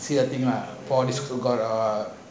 see the thing lah